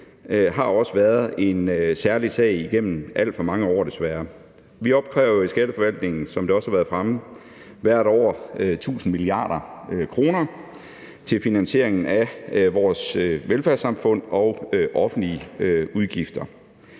har været en særlig sag igennem alt for mange år, desværre. Vi opkræver i Skatteforvaltningen, som det også har været fremme, hvert år 1.000 mia. kr. til finansieringen af vores velfærdssamfund og offentlige udgifter,